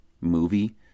movie